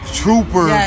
trooper